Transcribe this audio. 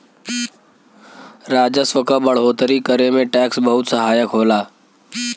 राजस्व क बढ़ोतरी करे में टैक्स बहुत सहायक होला